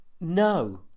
no